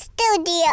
studio